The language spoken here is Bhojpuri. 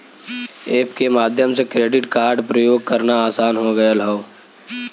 एप के माध्यम से क्रेडिट कार्ड प्रयोग करना आसान हो गयल हौ